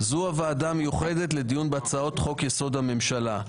זו הוועדה המיוחדת לדיון בהצעות חוק-יסוד: הממשלה.